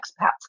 expats